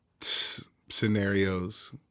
scenarios